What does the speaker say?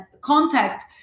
contact